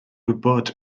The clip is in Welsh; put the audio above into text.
gwybod